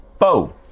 four